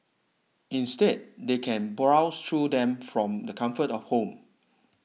instead they can browse through them from the comfort of home